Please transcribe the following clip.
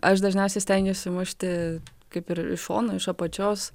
aš dažniausiai stengiuosi mušti kaip ir iš šono iš apačios